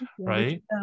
right